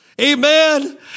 Amen